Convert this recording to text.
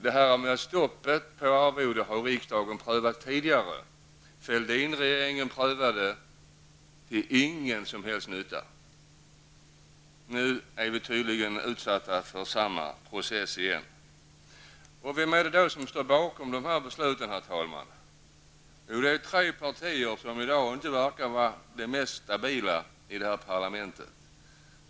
Det här med stopp för höjningen av arvoden har riksdagen prövat tidigare. Fälldinregeringen prövade det -- till ingen som helst nytta. Nu är vi tydligen utsatta för samma process igen. Vem är det då som står bakom dessa beslut, herr talman? Jo, det är tre partier som i dag inte verkar vara de mest stabila i det här parlamentet.